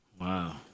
Wow